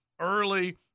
early